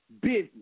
business